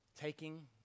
Taking